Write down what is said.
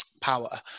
power